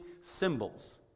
symbols